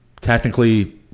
Technically